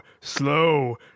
slow